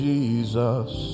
Jesus